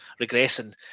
regressing